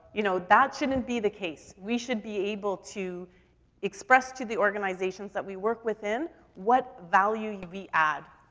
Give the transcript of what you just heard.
you know, that shouldn't be the case. we should be able to express to the organizations that we work within what value we add.